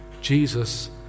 Jesus